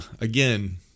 again